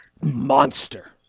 Monster